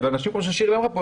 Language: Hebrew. ואנשים חוששים לבוא.